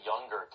younger